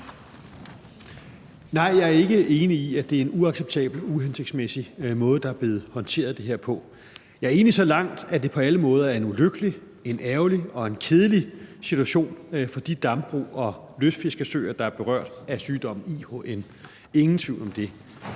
Nej, jeg er ikke enig i, at det er en uacceptabel, uhensigtsmæssig måde, det her er blevet håndteret på. Jeg er enig så langt, at det på alle måder er en ulykkelig, en ærgerlig og en kedelig situation for de dambrug og lystfiskesøer, der er berørt af sygdommen IHN – ingen tvivl om det.